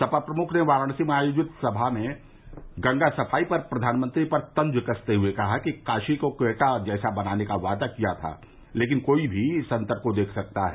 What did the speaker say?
सपा प्रमुख ने वाराणसी में आयोजित सथा में गंगा सफाई पर प्रधानमंत्री पर तंज कसते हुए कहा कि काशी को क्येटा जैसा बनाने का वादा किया था लेकिन कोई भी इस अन्तर को देख सकता है